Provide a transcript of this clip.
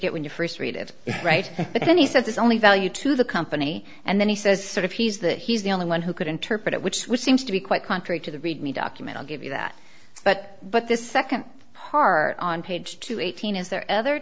get when you first read it right but then he says there's only value to the company and then he says sort of he's the he's the only one who could interpret it which is which seems to be quite contrary to the read me document i'll give you that but but the second part on page two eighteen is there other